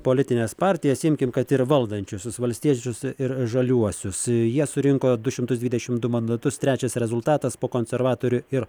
politines partijas imkim kad ir valdančiuosius valstiečius ir žaliuosius jie surinko du šimtus dvidešimt du mandatus trečias rezultatas po konservatorių ir